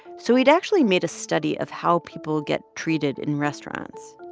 so he'd actually made a study of how people get treated in restaurants.